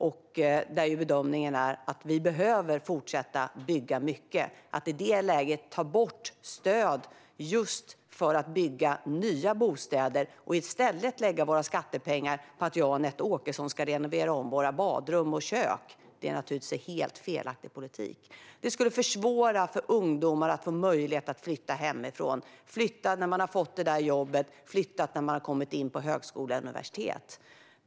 Bedömningen är att vi behöver fortsätta att bygga mycket. Att i det läget ta bort stödet för att bygga nya bostäder och i stället lägga skattepengar på att jag och Anette Åkesson ska renovera våra badrum och kök är en helt felaktig politik. Det skulle försvåra för ungdomar att flytta hemifrån när de har fått jobb eller kommit in på högskola eller universitet.